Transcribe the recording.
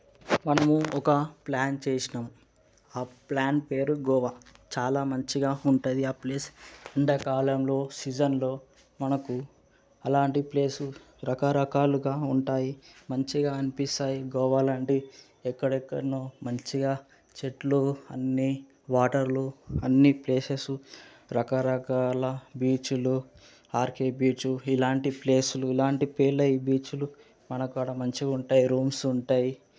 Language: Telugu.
మనము ఒక ప్లాన్ చేసినాం ఆ ప్లాన్ పేరు గోవా చాలా మంచిగా ఉంటుంది ఆ ప్లేస్ ఎండకాలంలో సీజన్లో మనకు అలాంటి ప్లేస్ రకరకాలుగా ఉంటాయి మంచిగా అనిపిస్తాయి గోవా లాంటి ఎక్కడెక్కడో మంచిగా చెట్లు అన్నీ వాటర్లు అన్నీప్లేసెస్ రకరకాల బీచులు ఆర్కే బీచు ఇలాంటి ప్లేసులు ఇలాంటి పేర్లవి బీచులు మన కాడ మంచిగా ఉంటాయి రూమ్స్ ఉంటాయి